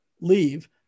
Leave